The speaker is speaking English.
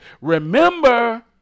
Remember